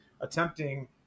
attempting